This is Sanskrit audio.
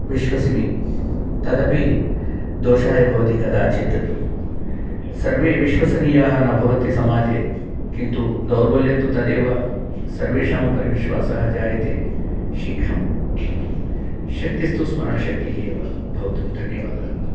विश्वसिमि तदपि दोषाय भवति कदाचित् सर्वे विश्वसनीयाः न भवन्ति समाजे किन्तु दौर्बल्यन्तु तदेव सर्वेषामुपरि विश्वासः जायते शीघ्रं शक्तिस्तु स्मरणशक्तिः एव भवतु धन्यवादाः